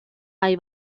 hay